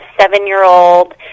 seven-year-old